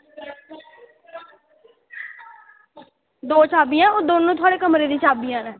दमैं चाभियां ओह् दमैं थुआढ़े कमरे दियां चाभियां न